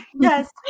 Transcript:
yes